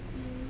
hmm